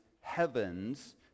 heavens